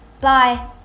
Bye